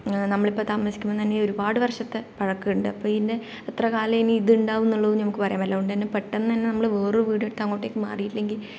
നമ്മളിപ്പോൾ താമസിക്കുമ്പോൾതന്നെ ഒരുപാട് വർഷത്തെ പഴക്കമുണ്ട് അപ്പോൾ ഇതിൻ്റെ എത്ര കാലം ഇനി ഇതുണ്ടാകുമെന്നുള്ളത് നമ്മൾക്ക് പറയാൻ പറ്റില്ല അതുകൊണ്ടുതന്നെ പെട്ടെന്നുതന്നെ നമ്മള് വേറൊരു വീട് എടുത്ത് അങ്ങോട്ടേയ്ക്ക് മാറിയില്ലെങ്കിൽ